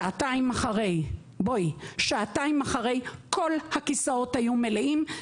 שעתיים אחרי כל הכיסאות היו מלאים,